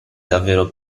davvero